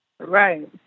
Right